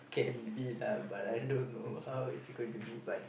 can be lah but I don't know how it's going to be but